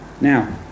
Now